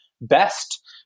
best